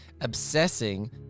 obsessing